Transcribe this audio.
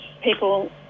people